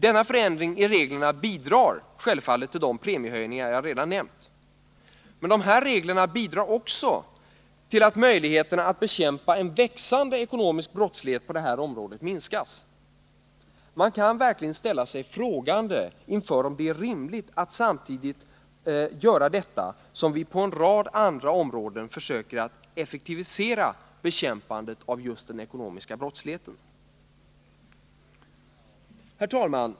Denna förändring i reglerna bidrar självfallet till de premiehöjningar jag redan nämnt. Men dessa regler bidrar också till att möjligheterna att bekämpa en växande ekonomisk brottslighet på det här området minskas. Man kan verkligen ställa sig frågande inför om det är rimligt att detta görs samtidigt som vi på en rad andra områden försöker att effektivisera bekämpandet av just den ekonomiska brottsligheten. Herr talman!